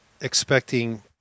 expecting